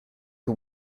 who